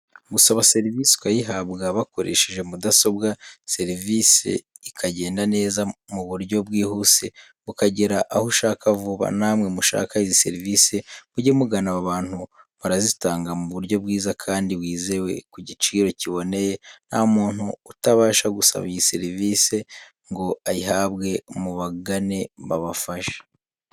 Gusaba serivise ukayihabwa bakoresheje mudasobwa, serivise ikagenda neza mu buryo bwihuse bukagera aho ushaka vuba, namwe mushaka izi serivise mujye mugana aba bantu barazitanga mu buryo bwiza kandi bwizewe ku giciro kiboneye, nta muntu utabasha gusaba iyi serivise ngo ayihabwe mubagane babafashe.